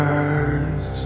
eyes